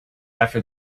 after